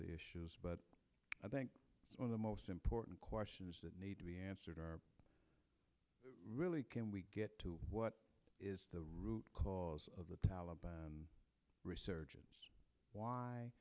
the issues but i think the most important questions that need to be answered are really can we get to what is the root cause of the taliban resurgence why